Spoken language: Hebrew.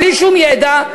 בלי שום ידע,